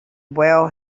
well